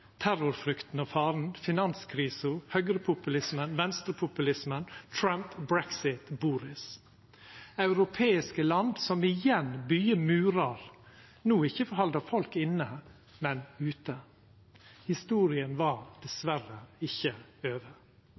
terrorfrykta og -faren, finanskrisa, høgrepopulismen, venstrepopulismen, Trump, brexit og Boris, europeiske land som igjen byggjer murer, no ikkje for å halda folk inne, men ute. Historia var dessverre ikkje over.